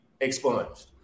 expunged